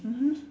(uh huh)